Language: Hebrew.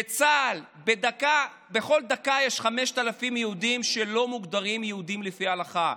בצה"ל בכל דקה יש 5,000 יהודים שלא מוגדרים יהודים לפי ההלכה,